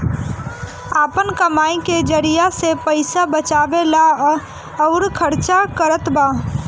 आपन कमाई के जरिआ से पईसा बचावेला अउर खर्चा करतबा